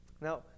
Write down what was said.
Now